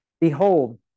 Behold